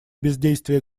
бездействия